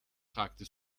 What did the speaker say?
fragte